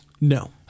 No